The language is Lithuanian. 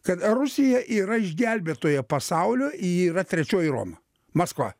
kad rusija yra išgelbėtoja pasaulio ji yra trečioji roma maskva